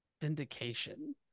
vindication